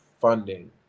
funding